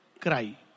cry